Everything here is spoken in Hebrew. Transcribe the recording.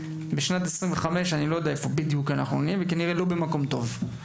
אנחנו נהיה כנראה בשנת 2025 לא במקום טוב.